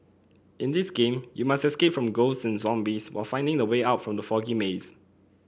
in this game you must escape from ghosts and zombies while finding the way out from the foggy maze